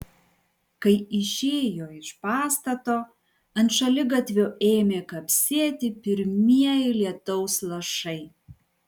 kai išėjo iš pastato ant šaligatvio ėmė kapsėti pirmieji lietaus lašai